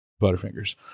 Butterfingers